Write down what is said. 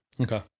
Okay